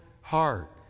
heart